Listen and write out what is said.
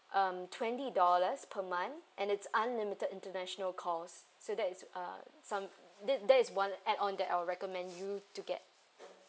um twenty dollars per month and it's unlimited international calls so that is uh some that~ that is one add on that I'll recommend you to get